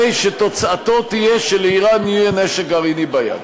הרי שתוצאתו תהיה שלאיראן יהיה נשק גרעיני ביד.